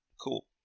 Cool